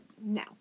No